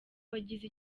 wagize